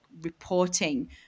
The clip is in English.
reporting